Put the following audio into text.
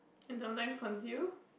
and sometimes conceal